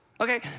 okay